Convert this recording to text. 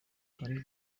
kandi